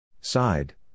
Side